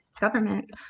government